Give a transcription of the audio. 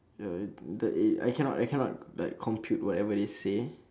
ya the the eh I cannot cannot like compute whatever they say